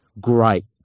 great